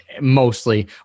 mostly